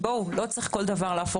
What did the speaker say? ממה ששמענו לא ראינו